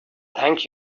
thank